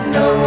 no